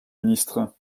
ministre